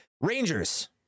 Rangers